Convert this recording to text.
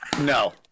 no